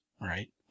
right